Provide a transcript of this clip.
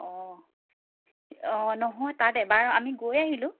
অঁ অঁ নহয় তাতে বাৰু আমি গৈ আহিলোঁ